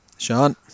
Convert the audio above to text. Sean